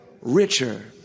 richer